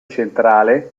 centrale